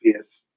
PS